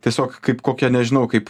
tiesiog kaip kokia nežinau kaip